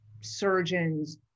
surgeons